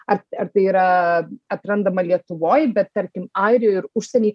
ar ar tai yra atrandama lietuvoj bet tarkim airijoj ir užsieny